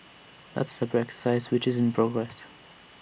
that's A separate exercise which is in progress